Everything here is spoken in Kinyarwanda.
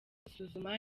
gusuzuma